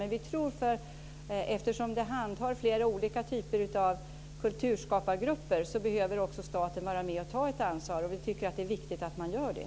Men eftersom det gäller flera olika typer av kulturskapargrupper behöver också staten vara med och ta ett ansvar. Vi tycker att det är viktigt att man gör det.